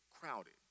crowded